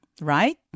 right